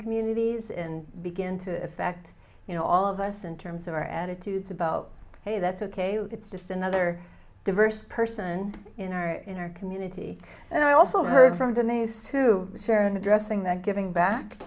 communities and begin to affect you know all of us in terms of our attitudes about hey that's ok it's just another diverse person in our in our community and i also heard from denise to sharon addressing that giving back